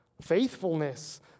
Faithfulness